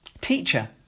Teacher